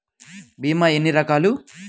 భీమ ఎన్ని రకాలు?